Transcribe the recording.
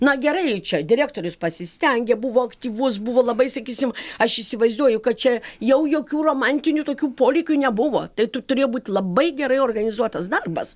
na gerai čia direktorius pasistengė buvo aktyvus buvo labai sakysim aš įsivaizduoju kad čia jau jokių romantinių tokių polėkių nebuvo tai tu turėjo būt labai gerai organizuotas darbas